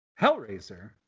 hellraiser